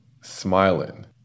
smiling